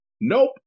Nope